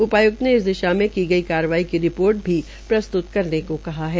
उपाय्क्त ने इस दिशा मे की गई कार्रवाई की रिपोर्ट की प्रसत्त करने को कहा है